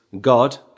God